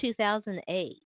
2008